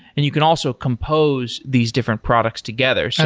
and you can also compose these different products together. so